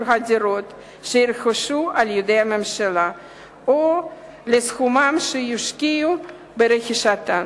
הדירות שיירכשו על-ידי הממשלה או לסכום שיושקע ברכישתן.